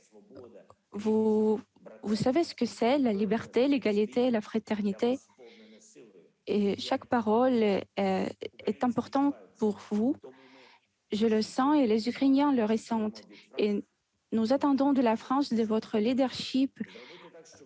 Vous savez ce que sont la liberté, l'égalité et la fraternité. Ces mots sont importants pour vous : je le sens et les Ukrainiens le ressentent. Nous attendons de la France, de votre leadership,